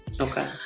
Okay